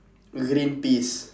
green peas